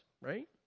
Right